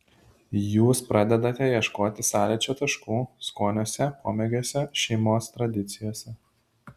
jūs pradedate ieškote sąlyčio taškų skoniuose pomėgiuose šeimos tradicijose